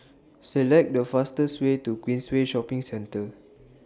Select The fastest Way to Queensway Shopping Centre